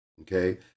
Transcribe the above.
okay